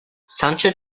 sancho